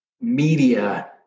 media